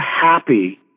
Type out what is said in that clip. happy